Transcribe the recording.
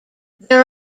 there